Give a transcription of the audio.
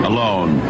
Alone